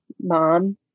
Mom